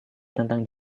tentang